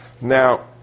Now